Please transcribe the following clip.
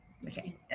Okay